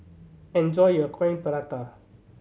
enjoy your Coin Prata